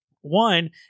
One